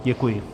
Děkuji.